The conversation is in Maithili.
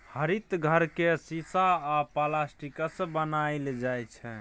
हरित घर केँ शीशा आ प्लास्टिकसँ बनाएल जाइ छै